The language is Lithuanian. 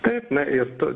taip na ir tu